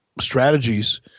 strategies